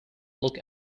look